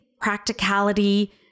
practicality